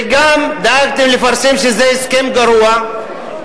וגם דאגתם לפרסם שזה הסכם גרוע,